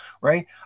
right